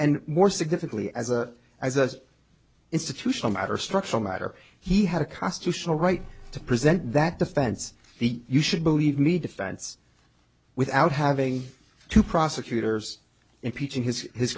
and more significantly as a as an institutional matter structural matter he had a constitutional right to present that defense you should believe me defense without having to prosecutors impeaching his his